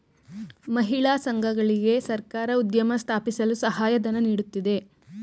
ಮಹಿಳಾ ಸಂಘಗಳಿಗೆ ಸರ್ಕಾರ ಉದ್ಯಮ ಸ್ಥಾಪಿಸಲು ಸಹಾಯಧನ ನೀಡುತ್ತಿದೆ